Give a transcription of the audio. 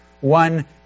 one